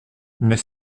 n’est